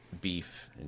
beef